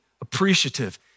appreciative